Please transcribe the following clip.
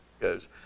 goes